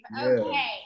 Okay